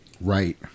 Right